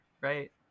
right